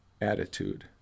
attitude